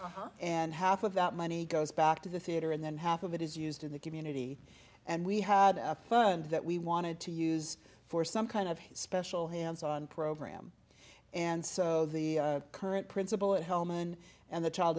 guess and half of that money goes back to the theater and then half of it is used in the community and we had a fund that we wanted to use for some kind of special hands on program and so the current principal of helmand and the child